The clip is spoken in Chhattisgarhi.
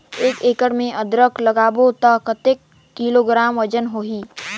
एक एकड़ मे अदरक लगाबो त कतेक किलोग्राम वजन होही?